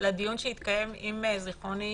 לדיון שהתקיים אם זיכרוני